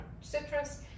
citrus